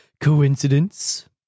Coincidence